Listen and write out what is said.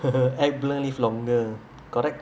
act blur live longer correct